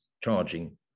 charging